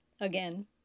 Again